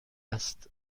است